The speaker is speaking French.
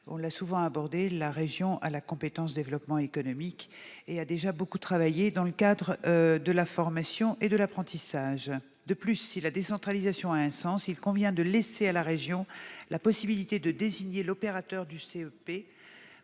économique régional. Les régions ont la compétence « développement économique » et ont déjà beaucoup travaillé sur la formation et l'apprentissage. De plus, si la décentralisation a un sens, il convient de laisser à la région la possibilité de désigner l'opérateur du CEP